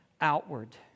outward